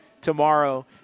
tomorrow